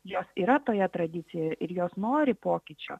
jos yra toje tradicijoje ir jos nori pokyčio